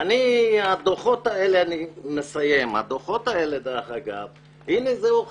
הדוחות האלה, דרך אגב, הינה זו הוכחה.